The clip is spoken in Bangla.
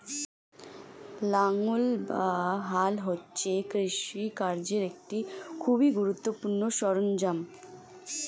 লাঙ্গল বা হাল হচ্ছে কৃষিকার্যের একটি খুবই গুরুত্বপূর্ণ সরঞ্জাম